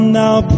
now